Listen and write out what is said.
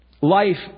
Life